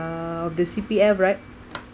uh the C_P_F right